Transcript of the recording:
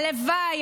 הלוואי,